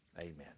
amen